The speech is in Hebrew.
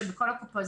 שבכל הקופות,